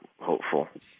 hopeful